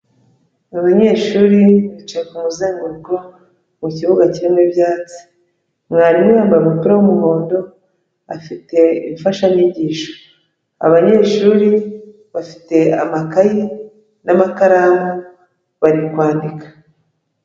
Abanyeshuri bicaye ku muzenguruko mu kibuga kirimo ibyatsi, mwarimu yambaye umupira w'umuhondo afite imfashanyigisho, abanyeshuri bafite amakaye n'amakaramu bari kwandika.